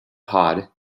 pod